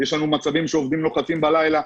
יש לנו מצבים שעובדים לוחצים בלילה.